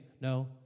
No